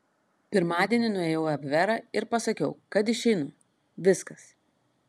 pirmadienį nuėjau į abverą ir pasakiau kad išeinu viskas